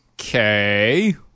Okay